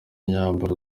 imyambaro